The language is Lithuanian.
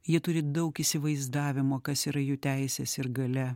jie turi daug įsivaizdavimo kas yra jų teises ir galia